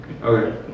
Okay